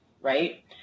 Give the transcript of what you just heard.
right